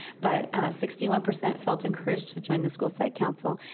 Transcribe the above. but sixty one percent felt encouraged to join the school site council,